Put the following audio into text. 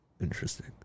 Interesting